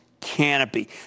Canopy